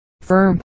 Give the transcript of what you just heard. firm